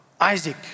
Isaac